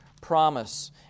promise